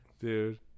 dude